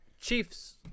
Chiefs